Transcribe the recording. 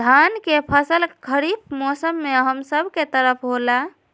धान के फसल खरीफ मौसम में हम सब के तरफ होला